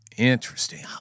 interesting